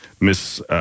Miss